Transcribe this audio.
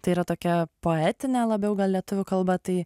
tai yra tokia poetine labiau gal lietuvių kalba tai